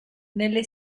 nelle